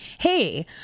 Hey